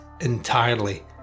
entirely